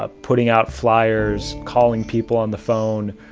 ah putting out flyers, calling people on the phone.